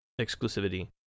exclusivity